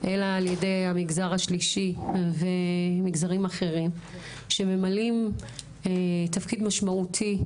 אלא על ידי המגזר השלישי ומגזרים אחרים שממלאים תפקיד משמעותי,